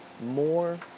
more